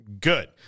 good